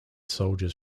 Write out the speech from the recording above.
soldiers